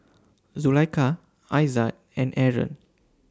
Zulaikha Aizat and Aaron